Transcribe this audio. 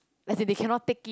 as in they cannot take it